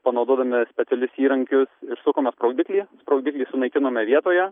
panaudodami specialius įrankius išsukome sprogdiklį sprogdiklį sunaikinome vietoje